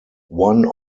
one